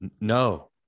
No